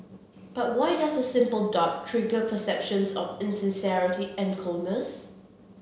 but why does a simple dot trigger perceptions of insincerity and coldness